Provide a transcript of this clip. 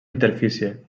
interfície